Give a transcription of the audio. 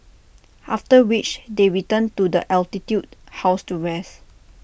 after which they return to the altitude house to rest